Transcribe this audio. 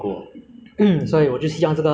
我第二个的 wish 就是